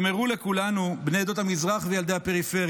הם הראו לכולנו, בני עדות המזרח, וילידי הפריפריה,